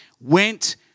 went